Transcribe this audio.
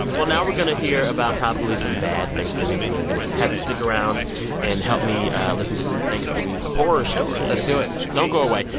well, now we're going to hear about probably some bad thanksgiving food. we're going to have you stick around and help me listen to some thanksgiving horror stories let's do it don't go away.